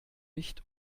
nicht